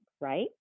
right